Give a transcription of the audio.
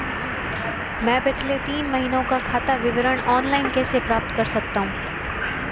मैं पिछले तीन महीनों का खाता विवरण ऑनलाइन कैसे प्राप्त कर सकता हूं?